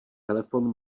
telefon